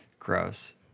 Gross